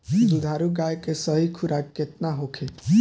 दुधारू गाय के सही खुराक केतना होखे?